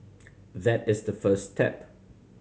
that is the first step